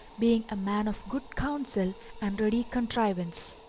being a man of good counsel and ready contrivance.